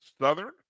Southern